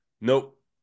Nope